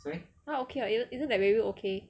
他 okay what isn't isn't that baby okay